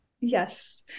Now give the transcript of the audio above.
Yes